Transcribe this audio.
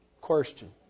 Question